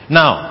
now